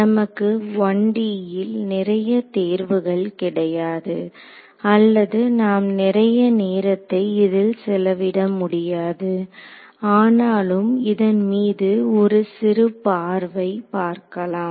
நமக்கு 1D ல் நிறைய தேர்வுகள் கிடையாது அல்லது நாம் நிறைய நேரத்தை இதில் செலவிட முடியாது ஆனாலும் இதன் மீது ஒரு சிறு பார்வை பார்க்கலாம்